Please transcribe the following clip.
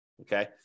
Okay